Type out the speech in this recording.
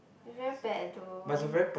very bad though